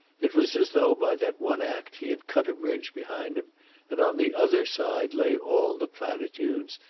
it was as though by that one act he had cut a bridge behind him and on the other side lay all the platitudes,